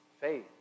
faith